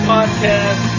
Podcast